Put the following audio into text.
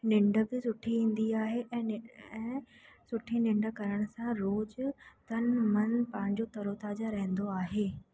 निंड बि सुठी ईंदी आहे ऐं नि ऐं सुठी निंड करण सां रोज़ु तन मन पंहिंजो तरोताज़ा रहंदो आहे